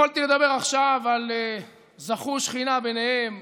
יכולתי לדבר עכשיו על "זכו שכינה ביניהם",